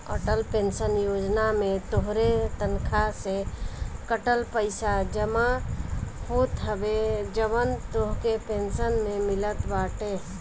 Atal pension योजना में तोहरे तनखा से कटल पईसा जमा होत हवे जवन तोहके पेंशन में मिलत बाटे